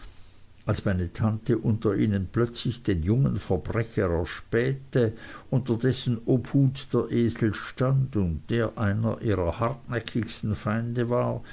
als meine tante unter ihnen plötzlich den jungen verbrecher erspähte unter dessen obhut der esel stand und der einer ihrer hartnäckigsten feinde war